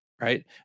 right